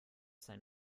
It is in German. sein